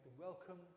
welcome